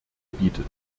bietet